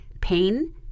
pain